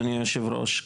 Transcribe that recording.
אדוני היושב ראש,